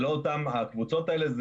הקבוצות האלה,